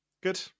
Good